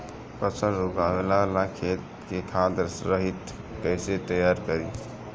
फसल उगवे ला खेत के खाद रहित कैसे तैयार करी?